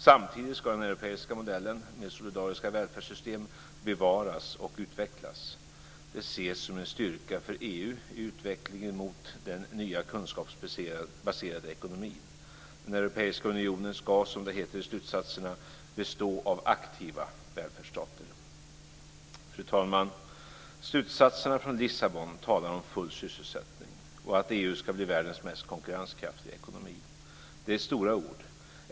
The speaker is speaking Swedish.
Samtidigt ska den europeiska modellen med solidariska välfärdssystem bevaras och utvecklas. Det ses som en styrka för EU i utvecklingen mot den nya kunskapsbaserade ekonomin. Den europeiska unionen ska, som det heter i slutsatserna, bestå av aktiva välfärdsstater. Fru talman! Slutsatserna från Lissabon talar om full sysselsättning och att EU ska bli världens mest konkurrenskraftiga ekonomi. Det är stora ord.